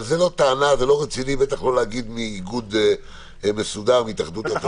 זאת לא טענה וזה לא רציני להגיד מאיגוד מסודר כמו התאחדות התעשיינים.